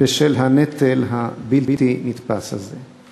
בשל הנטל הבלתי-הנתפס הזה.